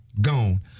gone